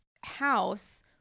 house